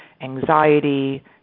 anxiety